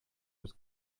was